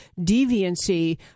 deviancy